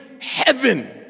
heaven